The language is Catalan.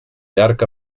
llarg